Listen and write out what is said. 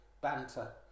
banter